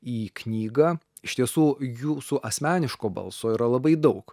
į knygą iš tiesų jūsų asmeniško balso yra labai daug